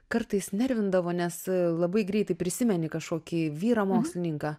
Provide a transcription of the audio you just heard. kartais nervindavo nes labai greitai prisimeni kažkokį vyrą mokslininką